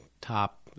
top